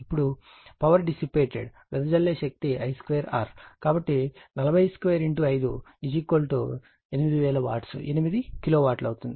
ఇప్పుడు power dissipated వెదజల్లు శక్తి I2R కాబట్టి 4025 8000 వాట్స్ 8 కిలో వాట్ అవుతుంది